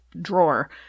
drawer